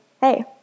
hey